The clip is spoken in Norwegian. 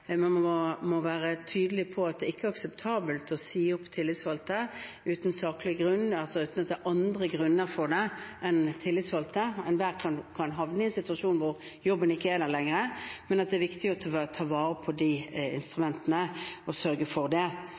ikke er akseptabelt å si opp til tillitsvalgte uten saklig grunn, altså uten at det er andre grunner for det enn det å være tillitsvalgt. Enhver kan havne i en situasjon hvor jobben ikke er der lenger, men det er viktig å ta vare på de instrumentene og sørge for det.